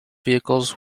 vehicles